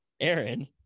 Aaron